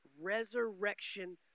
resurrection